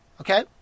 okay